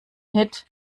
hit